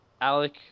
Alec